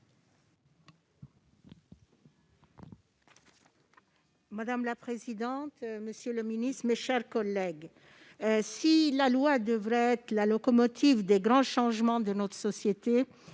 Madame la présidente, monsieur le ministre, mes chers collègues, la loi devrait être la locomotive des grands changements de notre société,